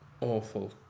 awful